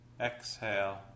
exhale